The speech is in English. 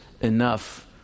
enough